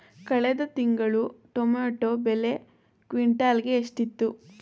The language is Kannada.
ಕಳೆದ ತಿಂಗಳು ಟೊಮ್ಯಾಟೋ ಬೆಲೆ ಕ್ವಿಂಟಾಲ್ ಗೆ ಎಷ್ಟಿತ್ತು?